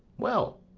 well,